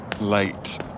late